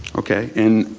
okay, and